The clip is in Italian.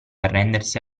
arrendersi